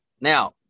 Now